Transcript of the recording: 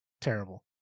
terrible